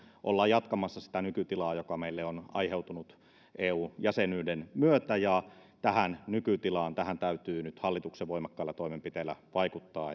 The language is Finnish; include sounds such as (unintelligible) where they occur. ollaan jatkamassa sitä nykytilaa joka meille on aiheutunut eu jäsenyyden myötä tähän nykytilaan täytyy nyt hallituksen voimakkailla toimenpiteillä vaikuttaa (unintelligible)